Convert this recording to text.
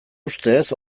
ustez